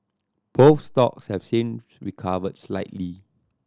both stocks have since recovered slightly